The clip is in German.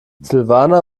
silvana